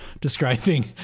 describing